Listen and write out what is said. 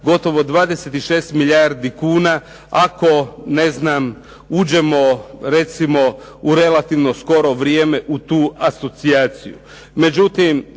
gotovo 26 milijardi kuna, ako ne znam uđemo recimo u relativno skoro vrijeme u tu asocijaciju.